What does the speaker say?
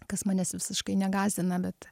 kas manęs visiškai negąsdina bet